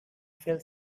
fell